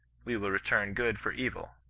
we will return good for evil.